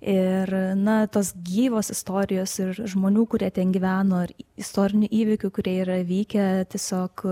ir na tos gyvos istorijos ir žmonių kurie ten gyveno istorinių įvykių kurie yra vykę tiesiog